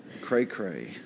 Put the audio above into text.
cray-cray